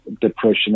depression